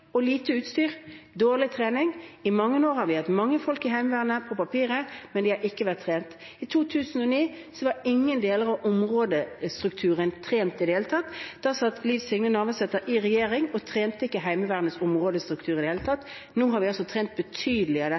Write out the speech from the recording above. lite utstyr og dårlig trening. I mange år har vi på papiret hatt mange folk i Heimevernet, men de har ikke vært trent. I 2009 var ingen deler av områdestrukturen trent i det hele tatt. Da satt Liv Signe Navarsete i regjering og trente ikke Heimevernets områdestruktur i det hele tatt. Nå har vi trent dette betydelig for å sørge for at det